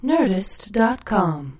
Nerdist.com